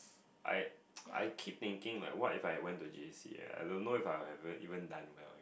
I I keep thinking like what if I went to J_C uh I don't know if I I would've even done well